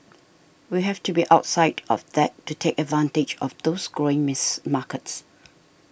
we have to be outside of that to take advantage of those growing miss markets